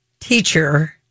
teacher